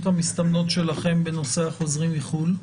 המסתמנות שלכם בנושא החוזרים מחו"ל?